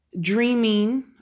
dreaming